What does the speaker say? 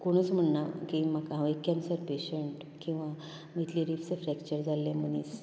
कोणूच म्हणना की म्हाका हांव एक केन्सर पेशंट किंवां इतली रिब्स फ्रेक्चर जाल्ले मनीस